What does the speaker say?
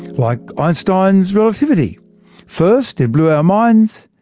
like einstein's relativity first it blew our minds,